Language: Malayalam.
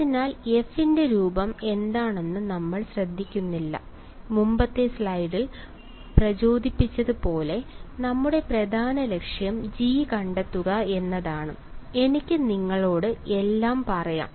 അതിനാൽ f ന്റെ രൂപം എന്താണെന്ന് നമ്മൾ ശ്രദ്ധിക്കുന്നില്ല മുമ്പത്തെ സ്ലൈഡിൽ പ്രചോദിപ്പിച്ചത് പോലെ നമ്മുടെ പ്രധാന ലക്ഷ്യം g കണ്ടെത്തുക എന്നതാണ് എനിക്ക് നിങ്ങളോട് എല്ലാം പറയാം